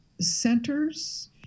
centers